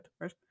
right